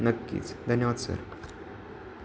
नक्कीच धन्यवाद सर